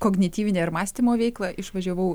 kognityvinę ir mąstymo veiklą išvažiavau